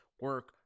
Work